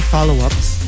Follow-Ups